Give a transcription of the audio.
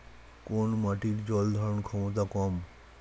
কোন মাটির জল ধারণ ক্ষমতা কম?